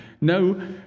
No